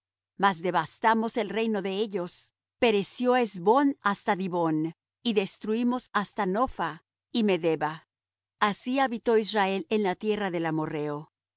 mas devastamos el reino de ellos pereció hesbón hasta dibón y destruimos hasta nopha y medeba así habitó israel en la tierra del amorrheo